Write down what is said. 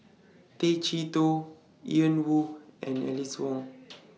Tay Chee Toh Ian Woo and Alice Ong